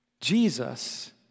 Jesus